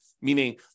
meaning